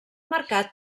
mercat